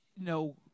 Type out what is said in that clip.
no